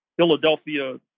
Philadelphia